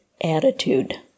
attitude